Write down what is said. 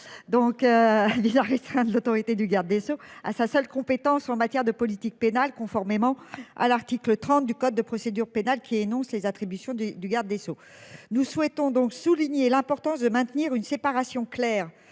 donc. Vise à restreindre l'autorité du garde des Sceaux à sa seule compétence en matière de politique pénale conformément à l'article 30 du code de procédure pénale qui énonce les attributions du du garde des Sceaux. Nous souhaitons donc souligner l'importance de maintenir une séparation claire